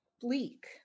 bleak